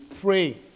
pray